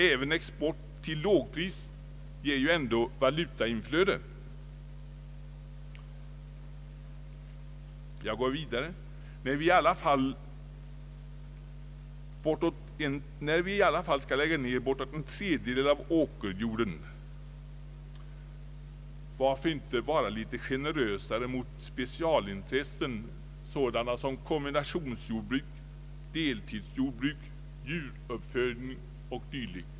Även export till lågpris ger ju ändå valutainflöde. När vi i alla fall skall lägga ner bortåt en tredjedel av åkerjorden, varför inte vara litet generösare mot specialintressen som kombinationsjordbruk, deltidsjordbruk, djuruppfödning oo. d.?